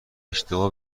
اشتباه